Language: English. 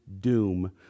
doom